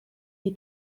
wir